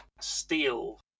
steel